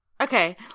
okay